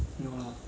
没有啦